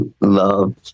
love